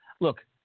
Look